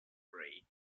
grey